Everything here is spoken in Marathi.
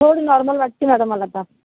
थोडी नॉर्मल वाटती माझं मला ताप